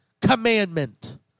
commandment